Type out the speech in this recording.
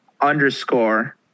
underscore